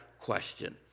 question